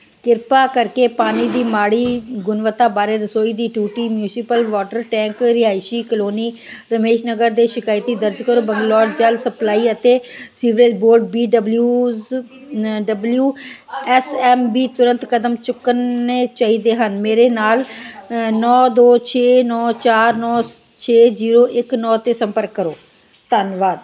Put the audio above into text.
ਕਿਰਪਾ ਕਰਕੇ ਪਾਣੀ ਦੀ ਮਾੜੀ ਗੁਣਵੱਤਾ ਬਾਰੇ ਰਸੋਈ ਦੀ ਟੂਟੀ ਮਿਊਂਸਪਲ ਵਾਟਰ ਟੈਂਕ ਰਿਹਾਇਸ਼ੀ ਕਲੋਨੀ ਰਮੇਸ਼ ਨਗਰ 'ਤੇ ਸ਼ਿਕਾਇਤ ਦਰਜੀ ਕਰੋ ਬੰਗਲੌਰ ਜਲ ਸਪਲਾਈ ਅਤੇ ਸੀਵਰੇਜ ਬੋਰਡ ਬੀ ਡਬਲਯੂਜ਼ ਡਬਲਿਊ ਐਸ ਐਸ ਬੀ ਤੁਰੰਤ ਕਦਮ ਚੁੱਕਣੇ ਚਾਹੀਦੇ ਹਨ ਮੇਰੇ ਨਾਲ ਨੌਂ ਦੋ ਛੇ ਨੌਂ ਚਾਰ ਨੌਂ ਛੇ ਜੀਰੋ ਇੱਕ ਨੌਂ 'ਤੇ ਸੰਪਰਕ ਕਰੋ ਧੰਨਵਾਦ